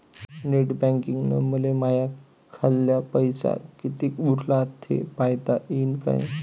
Net बँकिंगनं मले माह्या खाल्ल पैसा कितीक उरला थे पायता यीन काय?